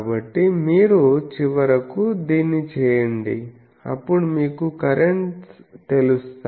కాబట్టి మీరు చివరకు దీన్ని చేయండి అప్పుడు మీకు కరెంట్స్ తెలుస్తాయి